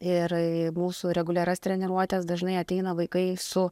ir mūsų reguliarias treniruotes dažnai ateina vaikai su